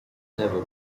never